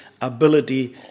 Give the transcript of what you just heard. ability